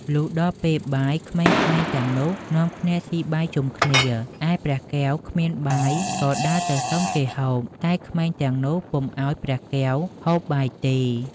លុះដល់ពេលបាយ ក្មេងៗទាំងនោះនាំគ្នាស៊ីបាយជុំគ្នា ឯព្រះកែវគ្មានបាយ ក៏ដើរទៅសុំគេហូប តែក្មេងទាំងនោះពុំឲ្យព្រះកែវហូបបាយទេ។